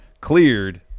cleared